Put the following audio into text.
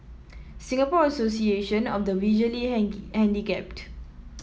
Singapore Association of the Visually Handicapped